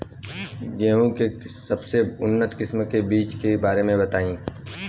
गेहूँ के सबसे उन्नत किस्म के बिज के बारे में बताई?